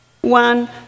One